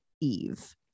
Eve